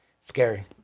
scary